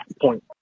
point